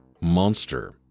monster